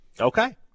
Okay